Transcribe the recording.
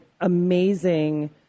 amazing